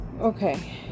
okay